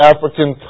African